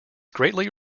greatly